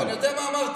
אני יודע מה אמרתי.